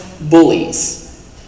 bullies